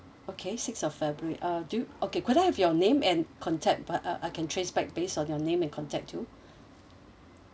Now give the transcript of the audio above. okay six of february uh do you okay could I have your name and contact but uh I can trace back based on your name and contact to